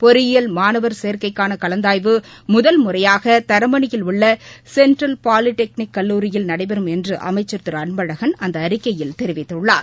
பொறியியல் மாணவர் சேர்க்கைகான கலந்தாய்வு முதல் முறையாக தரமணியில் உள்ள சென்ட்ரல் பாலிடெக்னிக் கல்லூரியில் நடைபெறும் என்றும் அமைச்சள் திரு அன்பகழன் அந்த அறிக்கையில் தெரிவிததுள்ளார்